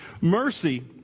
Mercy